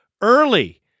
early